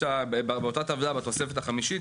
באותה טבלה בתוספת החמישית,